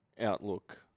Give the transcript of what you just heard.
outlook